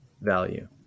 value